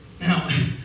now